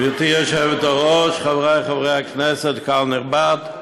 גברתי היושבת-ראש, חברי חברי הכנסת, קהל נכבד,